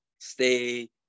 stay